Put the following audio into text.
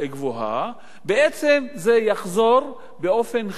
בעצם זה יחזור באופן חיובי, זה ייטיב